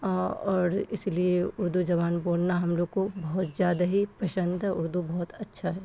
اور اس لیے اردو زبان بولنا ہم لوگ کو بہت زیادہ ہی پسند ہے اردو بہت اچھا ہے